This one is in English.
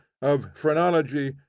of phrenology,